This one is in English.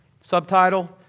subtitle